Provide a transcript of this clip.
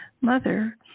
mother